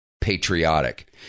patriotic